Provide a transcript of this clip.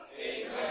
Amen